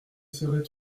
seraient